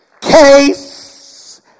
Case